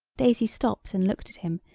daisy stopped and looked at him,